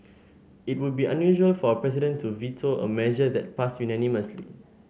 it would be unusual for a president to veto a measure that passed unanimously